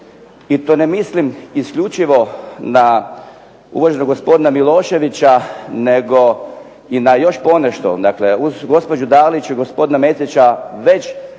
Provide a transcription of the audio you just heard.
i to ne mislim isključivo na uvaženog gospodina Miloševića nego i na još ponešto. Dakle, uz gospođu Dalića i gospodina Mesića već